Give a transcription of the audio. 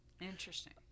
Interesting